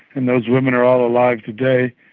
and those women are all alive today,